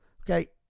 Okay